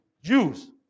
Jews